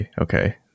Okay